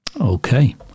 Okay